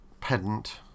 Pedant